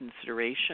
consideration